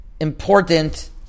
important